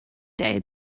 day